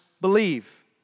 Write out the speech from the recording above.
believe